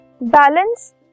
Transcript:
balance